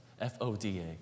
F-O-D-A